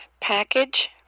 package